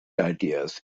ideas